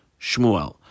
Shmuel